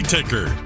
Ticker